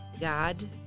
God